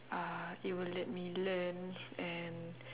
uh it would let me learn and